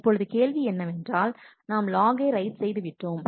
இப்பொழுது கேள்வி என்னவென்றால் நாம் லாகை ரைட் செய்துவிட்டோம்